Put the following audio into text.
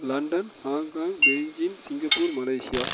London Hong Kong Beijing Singapore Malaysia